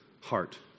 heart